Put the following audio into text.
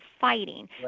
fighting